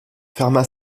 ferma